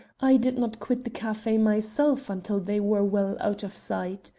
i did not quit the cafe myself until they were well out of sight.